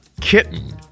kitten